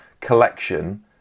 collection